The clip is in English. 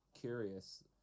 curious